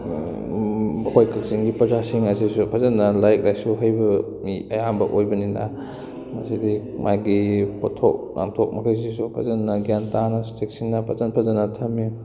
ꯑꯩꯈꯣꯏ ꯀꯛꯆꯤꯡꯒꯤ ꯄ꯭ꯔꯖꯥꯁꯤꯡ ꯑꯁꯤꯁꯨ ꯐꯖꯅ ꯂꯥꯏꯔꯤꯛ ꯂꯥꯏꯁꯨ ꯍꯩꯕ ꯃꯤ ꯑꯌꯥꯝꯕ ꯑꯣꯏꯕꯅꯤꯅ ꯃꯁꯤꯗ ꯃꯥꯒꯤ ꯄꯣꯠꯊꯣꯛ ꯂꯥꯟꯊꯣꯛ ꯃꯈꯩꯁꯤꯁꯨ ꯐꯖꯅ ꯒ꯭ꯌꯥꯟ ꯇꯥꯅ ꯆꯦꯛꯁꯤꯟꯅ ꯐꯖ ꯐꯖꯅ ꯊꯝꯏ